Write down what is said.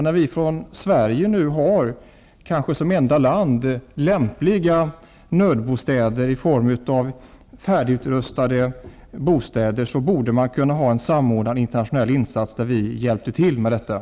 När vi nu i Sverige som kanske enda land har lämpliga färdigutrustade nöd bostäder, borde vi kunna hjälpa till med sådana i en samordnad internatio nell insats.